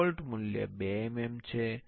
default મૂલ્ય 2 mm છે